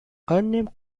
unnamed